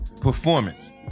performance